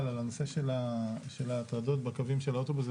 על הנושא של הטרדות בקווים של האוטובוסים.